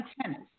tennis